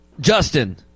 Justin